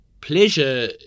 pleasure